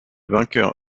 vainqueur